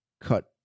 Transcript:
cut